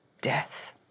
death